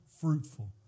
fruitful